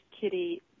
kitty